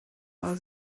war